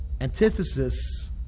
antithesis